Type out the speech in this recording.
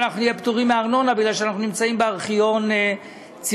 אנחנו נהיה פטורים מארנונה כי אנחנו נמצאים בארכיון ציבורי.